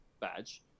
badge